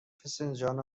فسنجان